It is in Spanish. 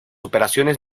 operaciones